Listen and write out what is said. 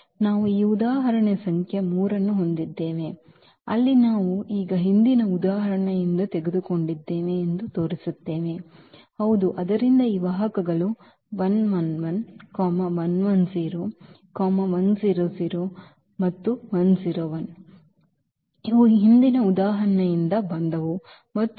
ನಾವು ಈ ಉದಾಹರಣೆ ಸಂಖ್ಯೆ 3 ಅನ್ನು ಹೊಂದಿದ್ದೇವೆ ಅಲ್ಲಿ ನಾವು ಈಗ ಹಿಂದಿನ ಉದಾಹರಣೆಯಿಂದ ತೆಗೆದುಕೊಂಡಿದ್ದೇವೆ ಎಂದು ತೋರಿಸುತ್ತೇವೆ ಹೌದು ಆದ್ದರಿಂದ ಈ ವಾಹಕಗಳು ಇವು ಹಿಂದಿನ ಉದಾಹರಣೆಯಿಂದ ಬಂದವು ಮತ್ತು ನಾವು